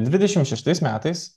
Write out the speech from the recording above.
dvidešimt šeštais metais